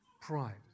Pride